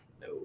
No